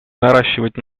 наращивать